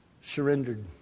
surrendered